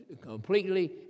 completely